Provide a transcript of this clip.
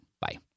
Bye